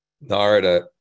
Narada